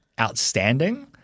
outstanding